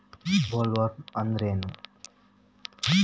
Bollworm ಅಂದ್ರೇನು?